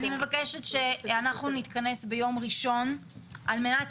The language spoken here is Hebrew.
אני מבקשת שאנחנו נתכנס ביום ראשון על מנת